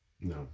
no